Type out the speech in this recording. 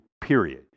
period